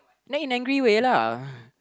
nag in angry way lah